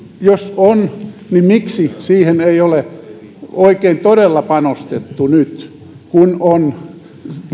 jos on niin miksi siihen ei ole oikein todella panostettu nyt kun on